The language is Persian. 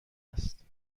است